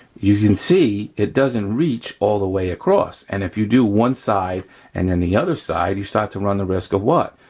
you can see it doesn't reach all the way across. and if you do one side and then the other side, you start to run the risk of what?